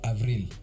Avril